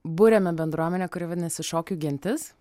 buriame bendruomenę kuri vadinasi šokių gentis